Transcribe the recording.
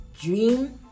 dream